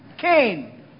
Cain